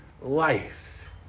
life